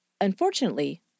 Unfortunately